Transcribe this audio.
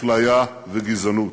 אפליה וגזענות.